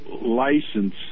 license